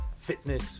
Fitness